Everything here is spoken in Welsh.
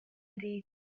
mary